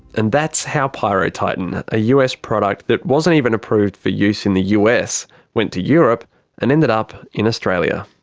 and that's how pyrotitan, a us product that wasn't even approved for use in the us went to europe and ended up in australia.